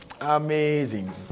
Amazing